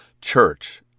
church